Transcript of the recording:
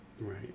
Right